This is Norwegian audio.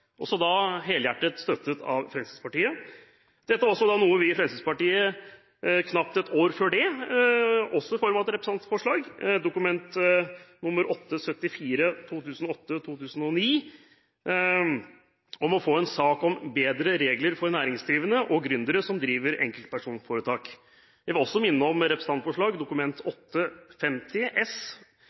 også da helhjertet støttet av Fremskrittspartiet. Dette var noe vi i Fremskrittspartiet foreslo knapt ett år før i form av et representantforslag, Dokument nr. 8:74 for 2008–2009, om å få en sak om «bedre regler for næringsdrivende og gründere som driver enkeltpersonforetak». Jeg vil også minne om representantforslaget i Dokument 8:50 S